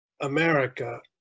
America